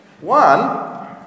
One